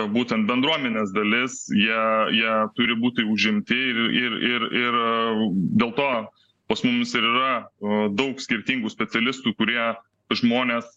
būtent bendruomenės dalis jie jie turi būti užimti ir ir ir ir aa dėl to pas mumis ir yra daug skirtingų specialistų kurie žmones